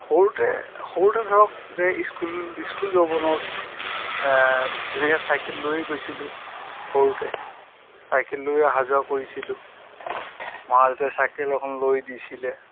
সৰুতে সৰুতে ধৰক স্কুল স্কুল জীৱনত তেনেকৈ চাইকেল লৈয়ে গৈছিলোঁ সৰুতে চাইকেল লৈয়ে অহা যোৱা কৰিছিলোঁ মা দেউতাই চাইকেল এখন লৈ দিছিলে